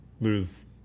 lose